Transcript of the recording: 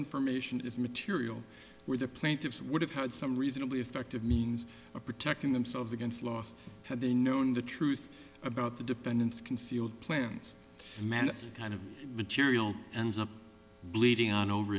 information is material where the plaintiffs would have had some reasonably effective means of protecting themselves against last had they known the truth about the defendants concealed plans menacing kind of material and bleeding on over